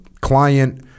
client